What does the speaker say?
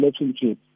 relationship